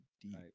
deep